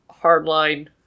hardline